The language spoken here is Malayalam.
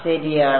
ശരിയാണ്